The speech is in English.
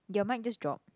your mic just drop